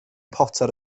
potter